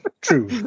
True